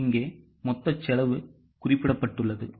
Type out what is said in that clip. இங்கே மொத்த செலவு குறிப்பிடப்பட்டுள்ளது